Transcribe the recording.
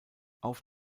auf